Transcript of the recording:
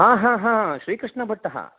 हा हा हा श्रीकृष्णभट्टः